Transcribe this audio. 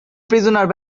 prisoner